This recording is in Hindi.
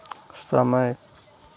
समय